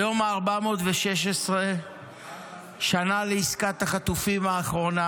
היום ה-416 שנה לעסקת החטופים האחרונה,